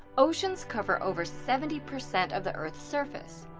oceans cover over seventy percent of the earth's surface.